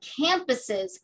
campuses